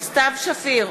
סתיו שפיר,